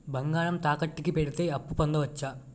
బంగారం తాకట్టు కి పెడితే అప్పు పొందవచ్చ?